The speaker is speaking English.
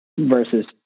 versus